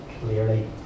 clearly